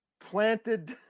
planted